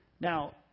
Now